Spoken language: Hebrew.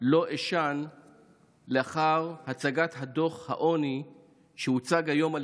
לא אשן לאחר הצגת דוח העוני שהוצג היום על